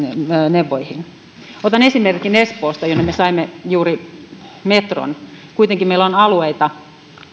liikennemuotoihin otan esimerkin espoosta jonne me saimme juuri metron ja jossa kuitenkin meillä on alueita